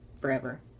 forever